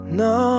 no